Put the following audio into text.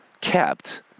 kept